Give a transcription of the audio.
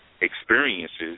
experiences